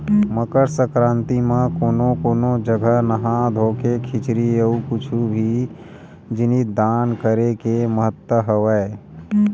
मकर संकरांति म कोनो कोनो जघा नहा धोके खिचरी अउ कुछु भी जिनिस दान करे के महत्ता हवय